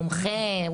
מומחה,